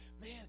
Man